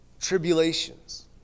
tribulations